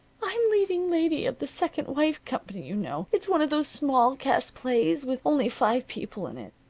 i'm leading lady of the second wife company, you know. it's one of those small cast plays, with only five people in it.